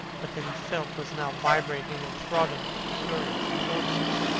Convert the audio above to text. but that he felt was now vibrating and throbbing to curious pulses.